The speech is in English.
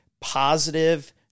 positive